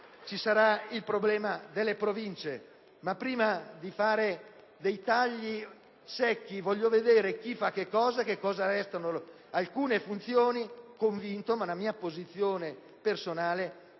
ci sarà il problema delle Province, ma prima di operare tagli secchi voglio vedere chi fa che cosa e che cosa resta. Di alcune funzioni sono convinto, ma la mia posizione personale è che